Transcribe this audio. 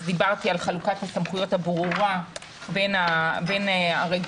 דיברתי על חלוקת הסמכויות הברורה בין הרגולטורים,